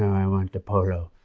i want the pollo.